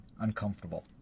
uncomfortable